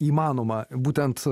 įmanoma būtent